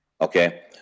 Okay